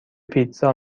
پیتزا